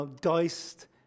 diced